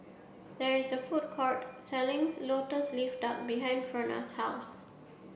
there is a food court selling Lotus Leaf Duck behind Frona's house